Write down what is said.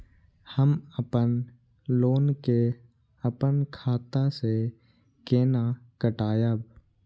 हम अपन लोन के अपन खाता से केना कटायब?